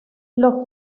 los